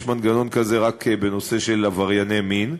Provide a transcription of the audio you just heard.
יש מנגנון כזה רק בנושא של עברייני מין,